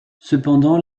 cependant